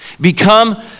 become